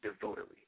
devotedly